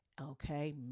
Okay